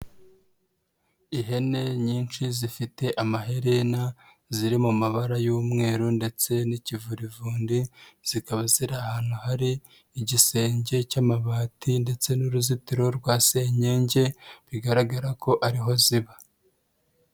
Ihene nyinshi zifite amaherena ziri mu mabara y'umweru ndetse n'ikivurivundi, zikaba ziri ahantu hari igisenge cy'amabati ndetse n'uruzitiro rwa senyege bigaragara ko ariho ziba.